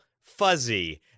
fuzzy